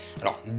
Alors